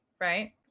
right